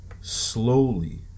Slowly